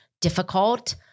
difficult